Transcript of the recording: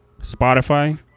Spotify